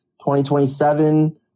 2027